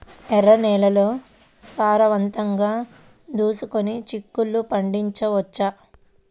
ఎర్ర నేలల్లో సారవంతంగా దున్నుకొని చిక్కుళ్ళు పండించవచ్చు